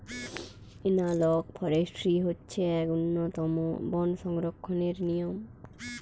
analogue forestry হচ্ছে এক উন্নতম বন সংরক্ষণের নিয়ম